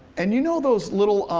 and you know those little